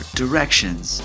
directions